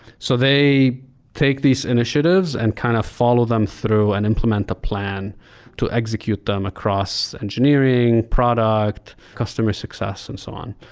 so they take these initiatives and cannot kind of follow them through and implement the plan to execute them across engineering, product, customer success and so on.